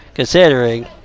Considering